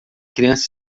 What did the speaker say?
criança